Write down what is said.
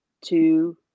two